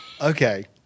Okay